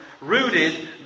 rooted